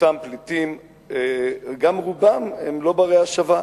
מיעוטם פליטים, וגם רובם הם לא בני-השבה.